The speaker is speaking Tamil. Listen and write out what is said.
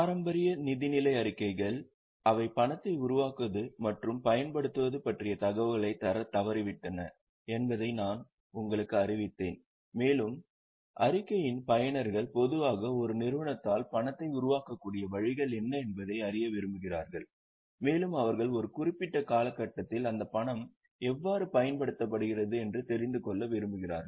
பாரம்பரிய நிதிநிலை அறிக்கைகள் அவை பணத்தை உருவாக்குவது மற்றும் பயன்படுத்துவது பற்றிய தகவல்களைத் தரத் தவறிவிட்டன என்பதை நான் உங்களுக்கு அறிவித்தேன் மேலும் அறிக்கையின் பயனர்கள் பொதுவாக ஒரு நிறுவனத்தால் பணத்தை உருவாக்கக்கூடிய வழிகள் என்ன என்பதை அறிய விரும்புகிறார்கள் மேலும் அவர்கள் ஒரு குறிப்பிட்ட காலகட்டத்தில் அந்த பணம் எவ்வாறு பயன்படுத்தப்படுகிறது என தெரிந்து கொள்ள விரும்புகிறார்கள்